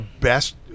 best